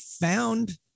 found